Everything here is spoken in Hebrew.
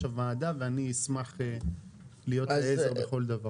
הוועדה ואני אשמח להיות לעזר בכל דבר.